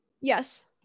Yes